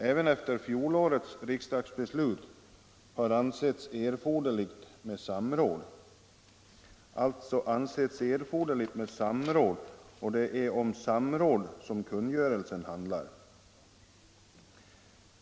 Även efter fjolårets riksdagsbeslut har det ansetts erforderligt med samråd, och det är om samråd kungörelsen handlar.